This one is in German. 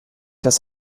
das